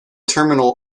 terminal